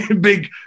big